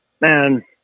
Man